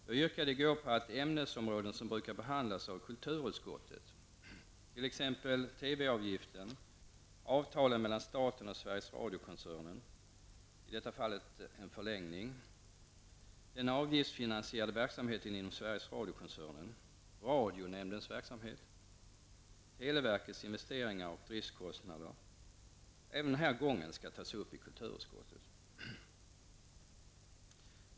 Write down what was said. Jag yrkade i går på att ämnesområden som brukar behandlas av kulturutskottet -- t.ex. TV-avgiften, avtalen mellan staten och Sverige Radiokoncernen, i detta fall en förlängning, den avgiftsfinansierade verksamheten inom Sveriges även den här gången skall tas upp i kulturutskottet.